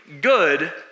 good